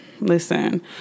Listen